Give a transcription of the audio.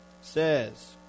says